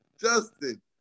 Justin